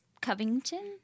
Covington